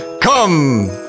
Come